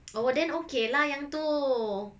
oh then okay lah yang tu